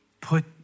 put